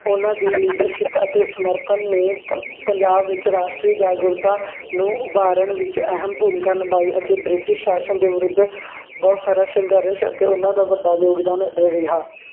ਉਹਨਾਂ ਦੀ ਲੀਡਰਸ਼ਿਪ ਅਤੇ ਸਮਰਪਣ ਨੇ ਪ ਪੰਜਾਬ ਵਿੱਚ ਰਾਸ਼ਟਰੀ ਜਾਗਰਰੂਕਤਾ ਨੂੰ ਉਭਾਰਨ ਵਿੱਚ ਅਹਿਮ ਭੂਮਿਕਾ ਨਿਭਾਈ ਅਤੇ ਬ੍ਰਿਟਿਸ਼ ਸ਼ਾਸਨ ਦੇ ਵਿਰੁੱਧ ਬਹੁਤ ਸਾਰਾ ਸੰਘਰਸ਼ ਅਤੇ ਉਹਨਾਂ ਦਾ ਵੱਡਾ ਯੋਗਦਾਨ ਰਿਹਾ